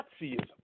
Nazism